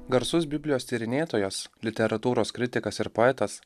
garsus biblijos tyrinėtojas literatūros kritikas ir poetas